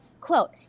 quote